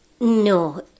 No